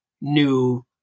new